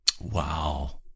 Wow